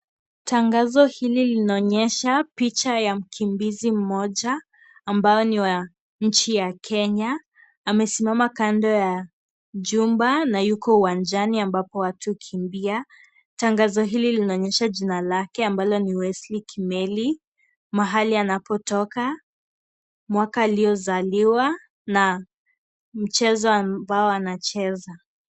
Tangazo hili linaonyesha picha ya mkimbizi mmoja ambaye ni wa nchi ya Kenya. Amesimama kando ya jumba na yuko uwanjani ambapo watu hukimbia. Tangazo hili linaonyesha jina lake ambalo ni Wesley Kimeli, mahali anapotoka, mwaka aliyozaliwa na mchezo ambao anacheza.